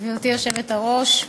גברתי היושבת-ראש,